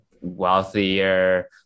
wealthier